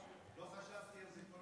לא חשבתי על זה.